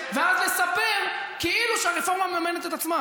ואז לספר כאילו שהרפורמה מממנת את עצמה.